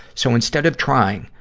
so instead of trying,